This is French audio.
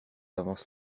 avance